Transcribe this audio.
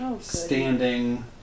standing